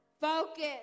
Focus